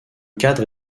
cadre